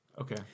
okay